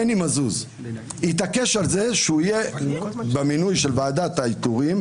מני מזוז התעקש על זה שהוא יהיה במינוי של ועדת האיתורים,